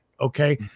okay